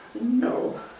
no